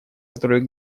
которые